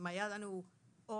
אם היו לנו עוד